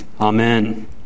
Amen